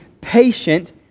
patient